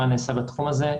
מה נעשה בתחום הזה.